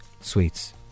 sweets